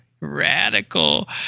radical